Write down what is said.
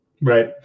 Right